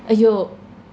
!aiyo!